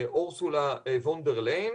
אורסולה ון דר ליין,